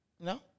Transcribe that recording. No